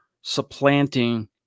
supplanting –